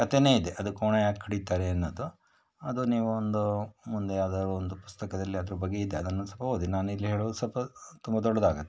ಕಥೆನೇ ಇದೆ ಅದು ಕೋಣ ಯಾಕೆ ಕಡೀತಾರೆ ಅನ್ನೋದು ಅದು ನೀವು ಒಂದು ಮುಂದೆ ಯಾವ್ದಾದ್ರೂ ಒಂದು ಪುಸ್ತಕದಲ್ಲಿ ಅದ್ರ ಬಗ್ಗೆ ಇದೆ ಅದನ್ನು ಸ್ವಲ್ಪ ಓದಿ ನಾನು ಇಲ್ಲಿ ಹೇಳೋದು ಸ್ವಲ್ಪ ತುಂಬ ದೊಡ್ಡದಾಗತ್ತೆ